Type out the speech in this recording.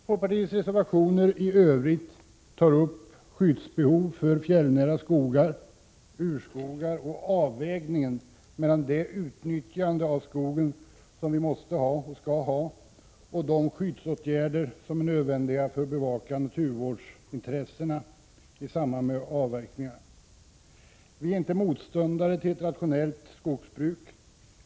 Folkpartiets reservationer i övrigt tar upp frågorna om skyddsbehov för fjällnära skogar, om urskogar och om avvägningen mellan det nödvändiga utnyttjandet av skogen och de skyddsåtgärder som är nödvändiga för att bevaka naturvårdsintressena i samband med avverkningar. Vi är inte motståndare till ett rationellt skogsbruk.